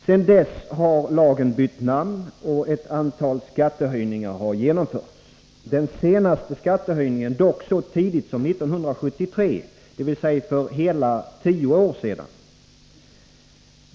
Sedan dess har lagen bytt namn, och ett antal skattehöjningar har genomförts, den senaste dock så tidigt som 1973, dvs. för hela tio år sedan.